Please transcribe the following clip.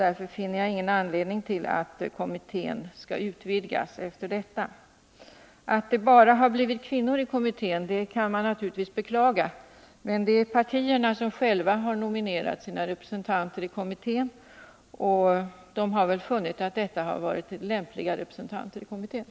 Därför finner jag inte något skäl för att utvidga kommittén. Att det har blivit enbart kvinnor i kommittén kan man naturligtvis beklaga, men det är partierna själva som har nominerat representanterna i kommittén, och man har väl inom partierna funnit att de som utsetts är lämpliga att företräda dem där.